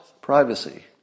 privacy